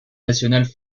nationales